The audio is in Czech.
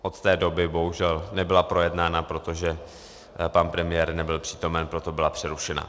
Od té doby bohužel nebyla projednána, protože pan premiér nebyl přítomen, proto byla přerušena.